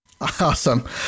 Awesome